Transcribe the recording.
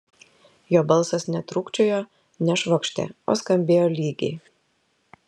jo balsas netrūkčiojo nešvokštė o skambėjo lygiai